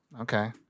Okay